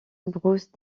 bruce